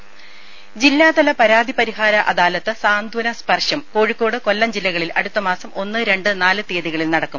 രും ജില്ലാതല പരാതി പരിഹാര അദാലത്ത് സാന്ത്വന സ്പർശം കോഴിക്കോട് കൊല്ലം ജില്ലകളിൽ അടുത്ത മാസം ഒന്ന് രണ്ട് നാല് തീയതികളിൽ നടക്കും